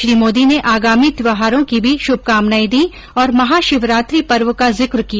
श्री मोदी ने आगामी त्यौहारों की भी शुभकामनाएं दी और महाशिवरात्रि पर्व का जिक्र किया